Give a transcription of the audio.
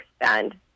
expand